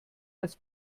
als